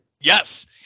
Yes